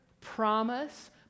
promise